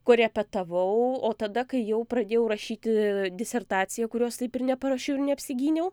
korepetavau o tada kai jau pradėjau rašyti disertaciją kurios taip ir neparašiau ir neapsigyniau